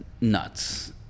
nuts